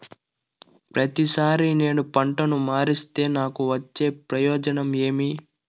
ప్రతిసారి నేను పంటను మారిస్తే నాకు వచ్చే ప్రయోజనం ఏమి?